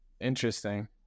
Interesting